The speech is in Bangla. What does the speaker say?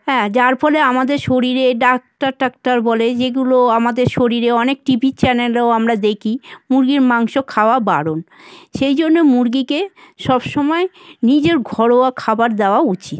হ্যাঁ যার ফলে আমাদের শরীরে ডাক্তার টাক্তার বলে যে এগুলো আমাদের শরীরে অনেক টি ভির চ্যানেলেও আমরা দেখি মুরগির মাংস খাওয়া বারণ সেই জন্য মুরগিকে সবসময় নিজের ঘরোয়া খাবার দেওয়া উচিত